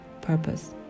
purpose